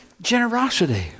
Generosity